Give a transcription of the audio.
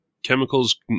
Chemicals